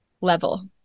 level